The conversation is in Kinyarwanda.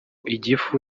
igifu